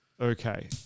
okay